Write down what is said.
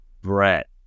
Brett